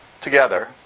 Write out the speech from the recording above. together